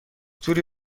توری